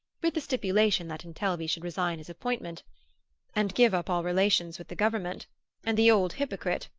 with the stipulation that intelvi should resign his appointment and give up all relations with the government and the old hypocrite,